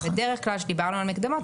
בדרך כלל כאשר דיברנו על מקדמות,